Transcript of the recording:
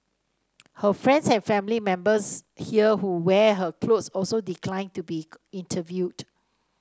her friends and family members here who wear her clothes also declined to be interviewed